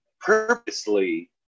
purposely